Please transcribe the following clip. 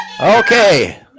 okay